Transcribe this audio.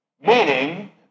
meaning